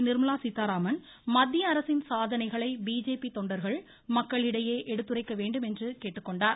நிர்மலா சீத்தாராமன் மத்திய அரசின் சாதனைகளை பிஜேபி தொண்டர்கள் மக்களிடையே எடுத்துரைக்க வேண்டும் என்று கேட்டுக்கொண்டார்